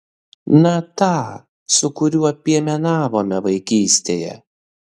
na tą su kuriuo piemenavome vaikystėje